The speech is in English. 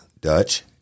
Dutch